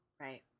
Right